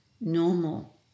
normal